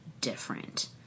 different